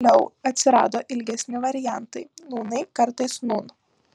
vėliau atsirado ilgesni variantai nūnai kartais nūn